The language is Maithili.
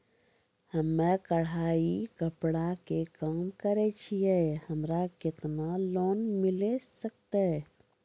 हम्मे कढ़ाई कपड़ा के काम करे छियै, हमरा केतना लोन मिले सकते?